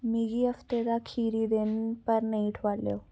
मिगी हफ्ते दा खीरी दिन पर नेईं ठुआलेओ